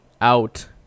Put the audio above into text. out